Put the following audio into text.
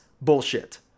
bullshit